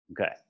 Okay